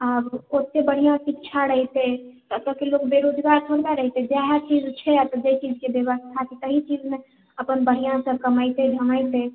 आब ओत्ते बढ़िऑं शिक्षा रहिते तऽ एतयके लोक बेरोजगार थोड़े ही रहिते जाहि चीज छै जे चीजके व्यवस्था छै ताहि चीजमे अपन बढ़िऑं से कमैते धमैते